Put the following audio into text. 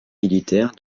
militaire